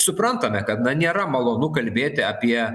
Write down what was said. suprantame kad na nėra malonu kalbėti apie